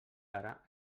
ara